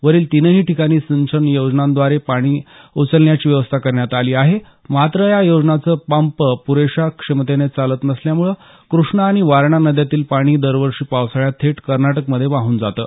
वरील तीनही ठिकाणी सिंचन योजनेद्वारे पाणी उचलण्याची व्यवस्था करण्यात आली आहे मात्र या योजनांचे पंप पुरेशा क्षमतेने चालत नसल्यामुळं कृष्णा आणि वारणा नद्यातील पाणी दरवर्षी पावसाळ्यात थेट कर्नाटक मध्ये वाहून जातं